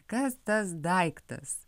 kas tas daiktas